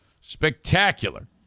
Spectacular